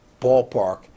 ballpark